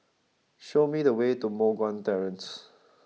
show me the way to Moh Guan Terrace